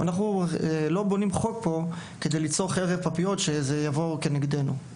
אנחנו לא בונים פה חוק כדי ליצור חרב פיפיות שתבוא כנגדנו.